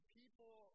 people